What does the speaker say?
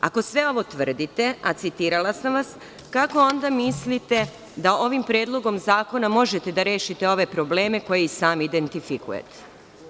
Ako sve ovo tvrdite, a citirala sam vas, kako onda mislite da ovim predlogom zakona možete da rešite ove probleme koje i sami identifikujete.